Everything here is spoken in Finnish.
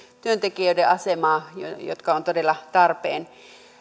työntekijöiden asemaa jotka ovat todella tarpeen